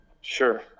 Sure